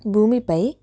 భూమిపై